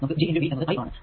നമുക്ക് G V എന്നത് I ആണ്